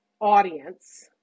audience